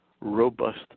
robust